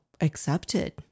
accepted